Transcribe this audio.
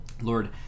Lord